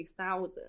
2000